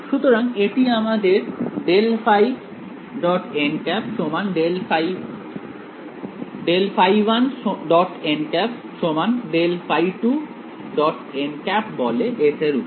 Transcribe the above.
সুতরাং এটি আমাদের ∇ϕ1 · ∇ϕ2 · বলে S এর উপর